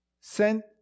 sent